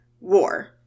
war